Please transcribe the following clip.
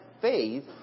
faith